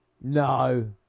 No